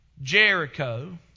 Jericho